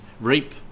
reap